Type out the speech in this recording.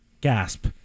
gasp